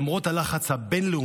למרות הלחץ הבין-לאומי